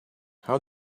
how